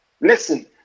listen